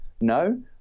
No